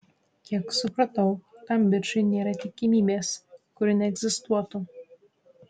kiek supratau tam bičui nėra tikimybės kuri neegzistuotų